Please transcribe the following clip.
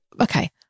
okay